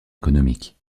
économique